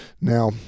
Now